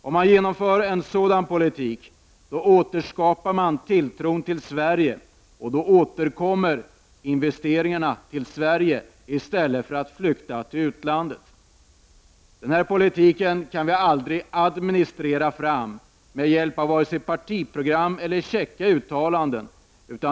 Om man genomför en sådan politik återskapar man tilltron till Sverige, och då återkommer investeringarna till Sverige i stället för att flytta till utlandet. Den politiken kan vi aldrig administrera fram med hjälp av vare sig partiprogram eller käcka uttalanden.